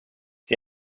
die